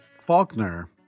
Faulkner